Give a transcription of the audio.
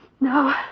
No